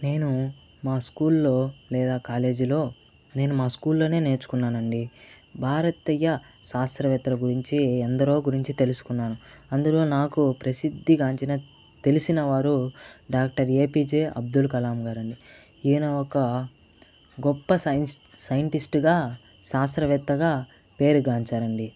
నేను మా స్కూల్ లో లేదా కాలేజీ లో నేను మా స్కూల్ లోనే నేర్చుకున్నాను అండి భారతీయ శాస్త్రవేత్తల గురించి ఎందరో గురించి తెలుసుకున్నాను అందులో నాకు ప్రసిద్ధిగాంచిన తెలిసినవారు డాక్టర్ ఏపీజే అబ్దుల్ కలాం గారు అండి ఈయన ఒక గొప్ప సైన్స్ సైంటిస్ట్ గా శాస్త్రవేత్తగా పేరుగాంచారు అండి